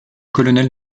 colonel